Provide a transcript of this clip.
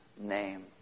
name